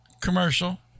commercial